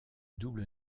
double